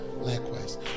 likewise